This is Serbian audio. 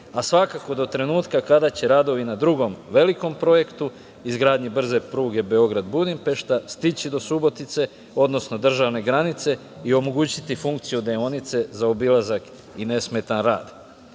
a svakako do trenutka kada će radovi na drugom velikom projektu, izgradnji brze pruge Beograd – Budimpešta, stići do Subotice, odnosno državne granice i omogućiti funkciju deonice za obilazak i nesmetan